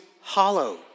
hollow